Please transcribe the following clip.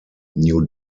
new